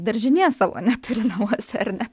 daržinės savo neturi namuose ar ne